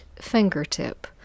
fingertip